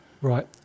right